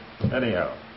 Anyhow